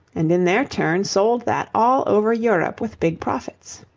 and in their turn sold that all over europe with big profits.